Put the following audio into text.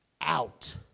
out